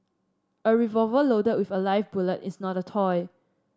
a revolver loaded with a live bullet is not a toy